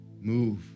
Move